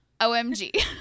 OMG